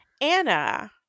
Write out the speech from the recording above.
Anna